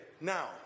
now